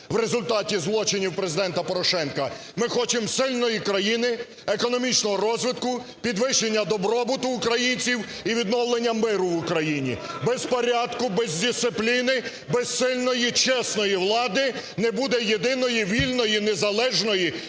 в результаті злочинів Президента Порошенка, ми хочемо сильної країни, економічного розвитку, підвищення добробуту українців і відновлення миру в Україні. Без порядку, без дисципліни, без сильної і чесної влади не буде єдиної, вільної, незалежної